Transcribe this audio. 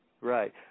Right